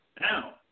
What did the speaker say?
Now